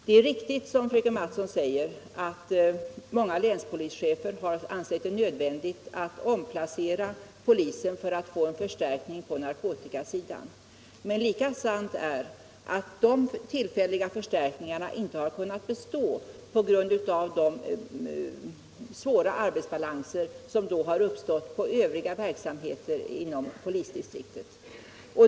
Det är riktigt som fröken Mattson säger att många länspolischefer har ansett det nödvändigt att omplacera poliser för att få en förstärkning på narkotikasidan. Men lika sant är att de tillfälliga förstärkningarna inte har kunnat bestå på grund av de svåra arbetsbalanser som då har uppstått inom övriga verksamheter i polisdistrikten.